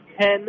ten